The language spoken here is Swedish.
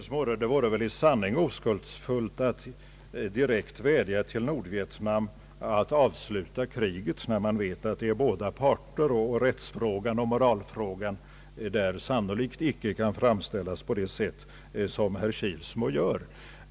Herr talman! Det vore, herr Kilsmo, i sanning oskuldsfullt att direkt vädja till Nordvietnam att avsluta kriget, när vi vet att det här gäller två parter och ati rättsfrågan och moralfrågan sannerligen icke kan framställas på det sätt som herr Kilsmo gör.